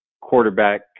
quarterback